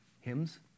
hymns